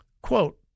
Quote